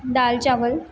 दाल चावल